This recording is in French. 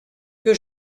que